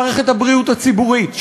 מערכת הבריאות הציבורית,